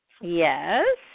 Yes